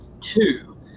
Two